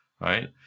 right